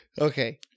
Okay